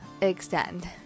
Extend